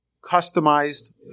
customized